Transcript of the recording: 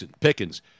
Pickens